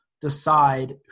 decide